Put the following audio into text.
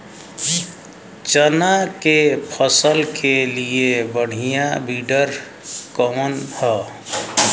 चना के फसल के लिए बढ़ियां विडर कवन ह?